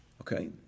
okay